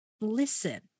Listen